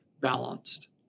balanced